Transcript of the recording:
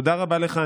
תודה רבה לך,